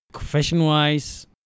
Fashion-wise